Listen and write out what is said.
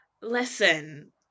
Listen